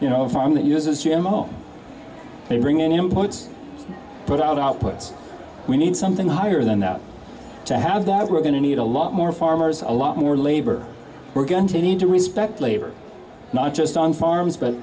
you know a farm that uses g m o they bring in imports but outputs we need something higher than that to have that we're going to need a lot more farmers a lot more labor we're going to need to respect labor not just on farms but